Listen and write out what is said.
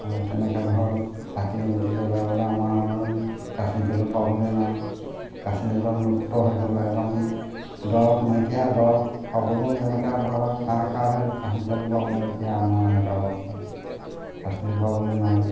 আৰু তেনেকৈ ধৰক চাকি বন্তি জ্বলাবলৈ আমাৰ কাচি তেলো পাবলৈ নাই কাচি তেলটো লুপ্ত হৈ গ'ল একদম দৰৱ নাইকিয়া দৰৱ পাবলৈ যেনেকা ধৰক হাহাকাৰ হয় কাচি তেলটো পাবলৈ এতিয়া আমাৰ এনেকুৱা অৱস্থা কাচি তেল পাবলৈ নাই